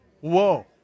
Whoa